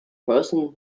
person